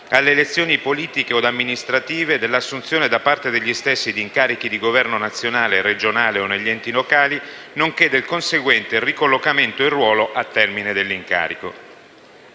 alle elezioni politiche od amministrative, dell'assunzione da parte degli stessi di incarichi di governo nazionale, regionale o negli enti locali, nonché del conseguente ricollocamento in ruolo al termine dell'incarico.